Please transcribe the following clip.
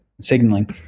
signaling